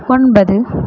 ஒன்பது